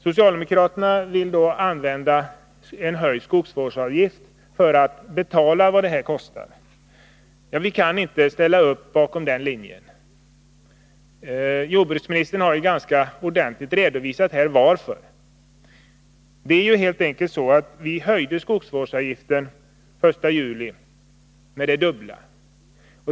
Socialdemokraterna vill använda en höjd skogsvårdsavgift för att betala vad dessa åtgärder kostar. Vi kan inte ställa upp bakom den linjen — och jordbruksministern har ju här ganska ordentligt redovisat varför. Det är helt enkelt så att vi den 1 juli höjde skogsvårdsavgiften till det dubbla.